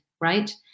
right